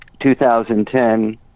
2010